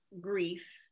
grief